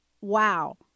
Wow